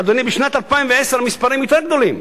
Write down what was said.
אדוני, בשנת 2010 המספרים יותר גדולים,